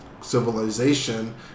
civilization